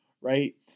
right